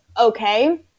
okay